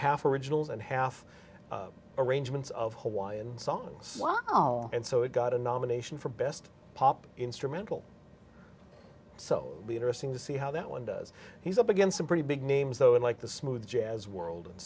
half originals and half arrangements of hawaiian songs and so it got a nomination for best pop instrumental so be interesting to see how that one does he's up against some pretty big names though unlike the smooth jazz world and